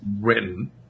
written